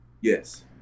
Yes